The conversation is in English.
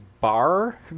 bar